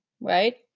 right